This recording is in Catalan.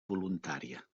voluntària